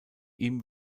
ihm